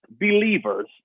believers